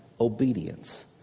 obedience